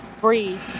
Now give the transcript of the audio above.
breathe